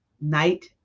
night